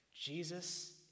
Jesus